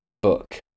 book